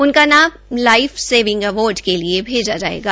उनका नाम life saving award के लिए भेजा जायेंगा